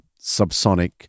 subsonic